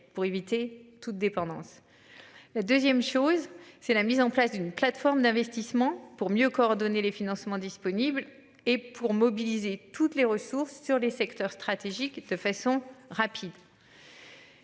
pour éviter toute dépendance. La 2ème chose c'est la mise en place d'une plateforme d'investissement pour mieux coordonner les financements disponibles et pour mobiliser toutes les ressources sur les secteurs stratégiques de façon rapide.